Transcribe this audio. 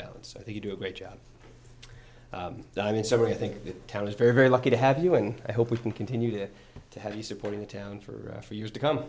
balance i think you do a great job i mean somebody i think the town is very very lucky to have you and i hope we can continue to have the support of the town for for years to come